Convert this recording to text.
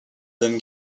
then